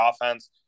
offense